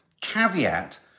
caveat